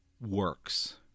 works